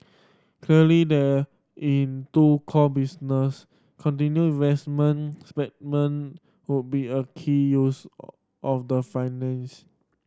clearly the into core business continued investment would be a key use of the finance